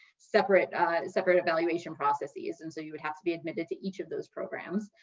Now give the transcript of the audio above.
separate separate evaluation processes. and so you would have to be admitted to each of those programs.